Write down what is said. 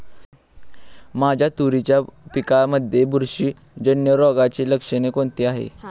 माझ्या तुरीच्या पिकामध्ये बुरशीजन्य रोगाची लक्षणे कोणती आहेत?